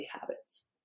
habits